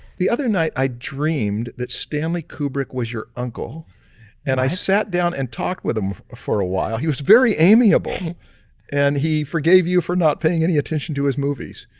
the other night i dreamed that stanley kubrick was your uncle and i sat down and talked with him for a while. he was very amiable and he forgave you for not paying any attention to his movies.